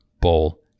Bowl